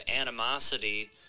animosity